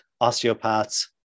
osteopaths